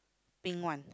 pink one